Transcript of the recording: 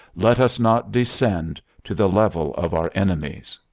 let us not descend to the level of our enemies.